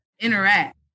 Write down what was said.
interact